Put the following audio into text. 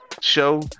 show